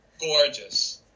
gorgeous